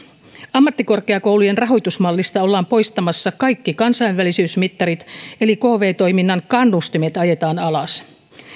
ammattikorkeakoulujen rahoitusmallista ollaan poistamassa kaikki kansainvälisyysmittarit eli kv toiminnan kannustimet ajetaan alas